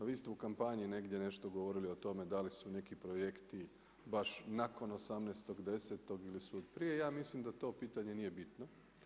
A vi ste u kampanji negdje nešto govorili o tome da li su neki projekti baš nakon 18.-tog 10. ili su prije, ja mislim da to pitanje nije bitno.